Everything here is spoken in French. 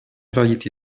variété